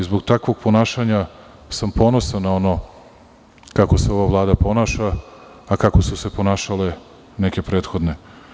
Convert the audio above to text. Zbog takvog ponašanja sam ponosan na ono kako se ova Vlada ponaša a kako su se ponašale neke prethodne.